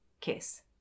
Kiss